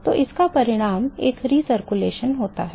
तो इसका परिणाम एक पुनरावर्तन में होता है